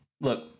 Look